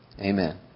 Amen